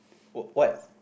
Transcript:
w~ what